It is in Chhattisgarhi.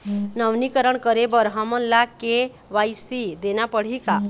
नवीनीकरण करे बर हमन ला के.वाई.सी देना पड़ही का?